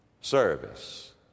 service